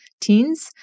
teens